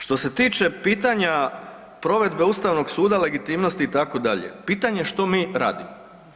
Što se tiče pitanja provedbe ustavnog suda, legitimnosti itd., pitanje što mi radimo.